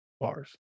bars